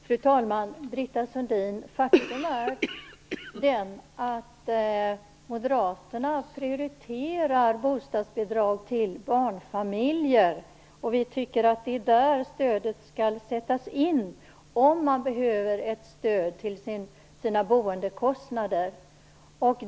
Fru talman! Faktum är, Britta Sundin, att Moderaterna prioriterar bostadsbidrag till barnfamiljer. Vi tycker att det är där stödet skall sättas in om man behöver ett stöd till sina boendekostnader.